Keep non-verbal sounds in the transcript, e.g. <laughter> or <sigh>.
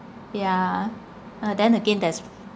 yeah uh then again there's <noise>